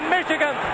Michigan